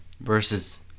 versus